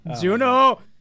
juno